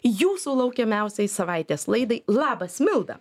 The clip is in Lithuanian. jūsų laukiamiausiai savaitės laidai labas milda